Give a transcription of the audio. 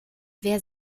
wer